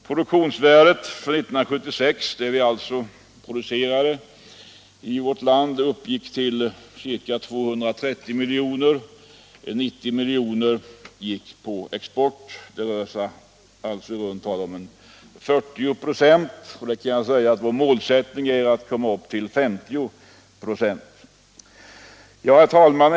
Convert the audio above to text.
Produktionsvärdet av det som vi framställde i vårt land 1976 uppgick till ca 230 milj.kr., varav produkter för 90 miljoner gick på export, dvs. ca 40 926. Vår målsättning är att komma upp till 50 96. Herr talman!